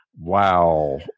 wow